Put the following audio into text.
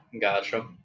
Gotcha